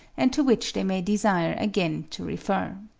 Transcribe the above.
and to which they may desire again to refer.